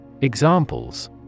Examples